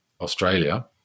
Australia